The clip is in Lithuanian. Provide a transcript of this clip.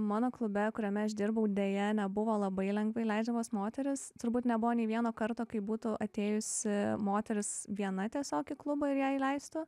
mano klube kuriame aš dirbau deja nebuvo labai lengvai įleidžiamos moterys turbūt nebuvo nė vieno karto kai būtų atėjusi moteris viena tiesiog į klubą ir ją įleistų